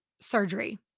surgery